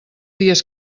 dies